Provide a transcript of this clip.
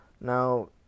Now